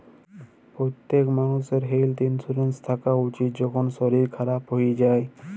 প্যত্তেক মালুষের health insurance থ্যাকা উচিত, কখল শরীর খারাপ হয়ে যায়